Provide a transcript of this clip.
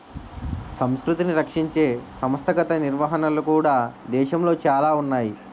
సంస్కృతిని రక్షించే సంస్థాగత నిర్వహణలు కూడా దేశంలో చాలా ఉన్నాయి